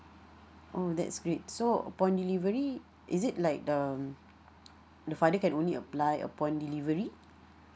oh that's great so upon delivery is it like um the father can only apply upon delivery